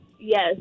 Yes